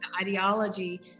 ideology